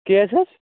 کیٛاہ حظ